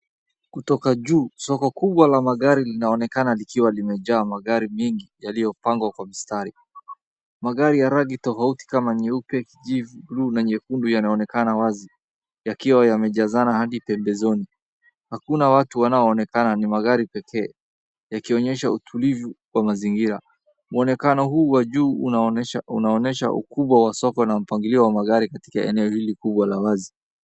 Kutoka juu, soko kubwa la magari linaonekana likiwa limejaa magari mengi yaliyopangwa kwa mistari. Magari ya rangi tofauti kama nyeupe, kijivu, bluu na nyekundu yanaonekana wazi yakiwa yamejazana hadi pembezoni. Hakuna watu wanaoonekana, ni magari peke, yakionyesha utulivu wa mazingira. Muonekano huu wa juu unaonyesha ukubwa wa soko na mpangilio wa magari katika eneo hili kubwa la wazi.